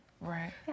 Right